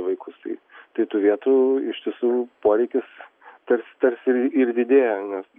vaikus tai tai turėtų iš tiesų poreikis tarsi tarsi ir didėja nes